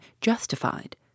justified